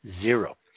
zero